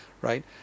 right